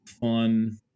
fun